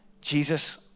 Jesus